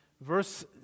verse